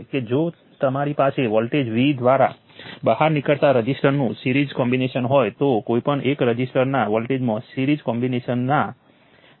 તેથી ફરીથી આપણે અહીં જે જોઈ રહ્યા છીએ તે સર્કિટનું એનાલિસિસ કરવાની પદ્ધતિસરની મોટી હોઈ શકે છે